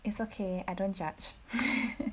it's okay I don't judge